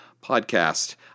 podcast